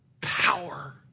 Power